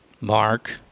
Mark